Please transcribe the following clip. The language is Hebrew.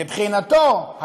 מבחינתו,